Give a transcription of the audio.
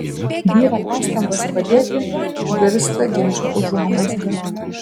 vyro pastangos padėti virsta ginčo užuomazga